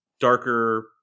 darker